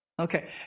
Okay